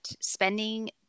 spending